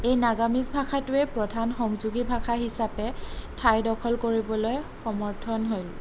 এই নাগামিজ ভাষাটোৱে প্ৰধান সংযোগী ভাষা হিচাপে ঠাই দখল কৰিবলৈ সমৰ্থ হ'ল